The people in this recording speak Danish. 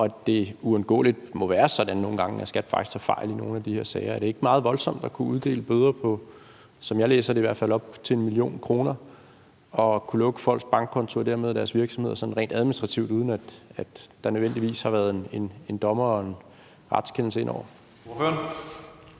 gange uundgåeligt må være sådan, at skattevæsenet faktisk tager fejl i nogle af de her sager. Er det ikke meget voldsomt at kunne uddele bøder på op til 1 mio. kr., som jeg i hvert fald læser det, og at kunne lukke folks bankkonto og dermed deres virksomheder sådan rent administrativt, uden at der nødvendigvis har været en dommer og en retskendelse inde over det?